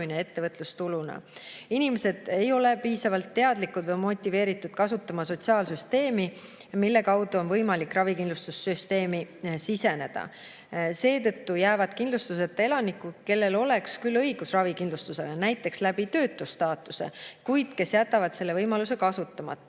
ettevõtlustuluna. Inimesed ei ole piisavalt teadlikud või motiveeritud kasutama sotsiaalsüsteemi, mille kaudu on võimalik ravikindlustussüsteemi siseneda. Seetõttu jäävad kindlustuseta elanikud, kellel oleks küll õigus ravikindlustusele näiteks töötu staatuse tõttu, kuid kes jätavad selle võimaluse kasutamata,